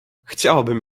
chciałabym